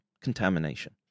contamination